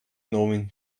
knowing